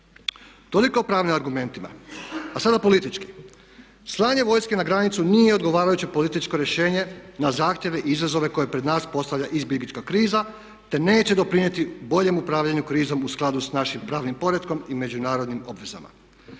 Toliko o pravnim argumentima. A sada politički, slanje vojske na granicu nije odgovarajuće političko rješenje na zahtjeve i izazove koje pred nas postavlja izbjeglička kriza te neće doprinijeti boljem upravljanju krizom u skladu sa našim pravnim poretkom i međunarodnim obvezama.